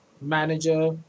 manager